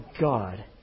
God